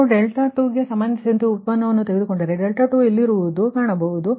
ನೀವು 2 ಕ್ಕೆ ಸಂಬಂಧಿಸಿದಂತೆ ಡೇರಿವಿಟಿವನ್ನು ತೆಗೆದುಕೊಂಡರೆ 2ಇಲ್ಲಿರುವುದನ್ನು ನೀವು ಕಾಣಬಹುದು